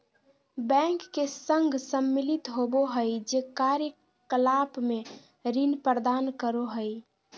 bank के संघ सम्मिलित होबो हइ जे कार्य कलाप में ऋण प्रदान करो हइ